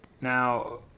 Now